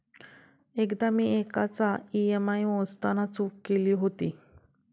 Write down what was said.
एकदा मी एकाचा ई.एम.आय मोजताना चूक केली होती